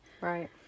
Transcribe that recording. Right